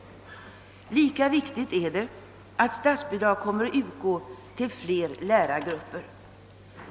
Lika viktigt är det att statsbidrag kommer att utgå till fler lärargrupper.